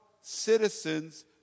citizens